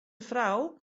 frou